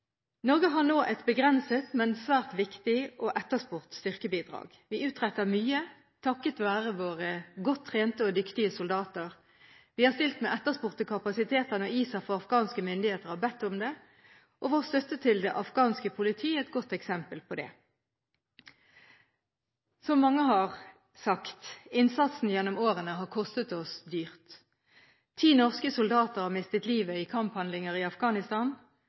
Norge har nå et begrenset, men svært viktig og etterspurt styrkebidrag. Vi utretter mye, takket være våre godt trente og dyktige soldater. Vi har stilt med etterspurte kapasiteter når ISAF og afghanske myndigheter har bedt om det. Vår støtte til det afghanske politi er et godt eksempel på det. Som mange har sagt: Innsatsen gjennom årene har kostet oss dyrt. Ti norske soldater har mistet livet i kamphandlinger i Afghanistan.